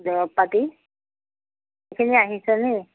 দৰৱ পাতি এইখিনি আহিছে নেকি